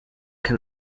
can